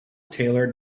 taylor